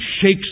shakes